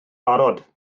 barod